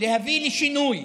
להביא לשינוי